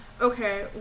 Okay